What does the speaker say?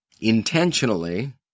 intentionally